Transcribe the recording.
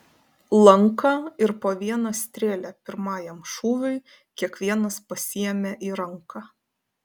lanką ir po vieną strėlę pirmajam šūviui kiekvienas pasiėmė į ranką